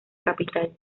capital